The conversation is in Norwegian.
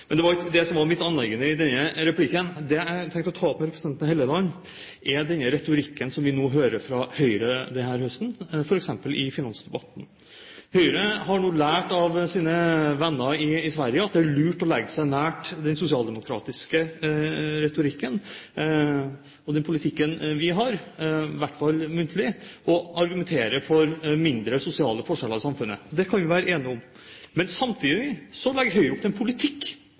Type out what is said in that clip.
Men det var ikke det som var mitt anliggende i denne replikken. Det jeg tenkte å ta opp med representanten Helleland, er den retorikken som vi hører fra Høyre denne høsten, f.eks. i finansdebatten. Høyre har nå lært av sine venner i Sverige at det er lurt å legge seg nær den sosialdemokratiske retorikken og den politikken vi har, i hvert fall muntlig, og argumentere for mindre sosiale forskjeller i samfunnet. Det kan vi være enige om. Men samtidig legger Høyre opp til en politikk